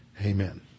Amen